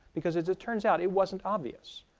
because as it turns out it wasn't obvious.